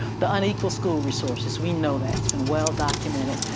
the unequal school resources, we know that it's been well documented.